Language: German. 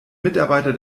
mitarbeiter